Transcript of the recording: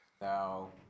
now